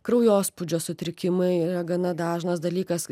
kraujospūdžio sutrikimai yra gana dažnas dalykas